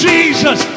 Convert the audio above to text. Jesus